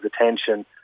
attention